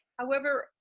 however,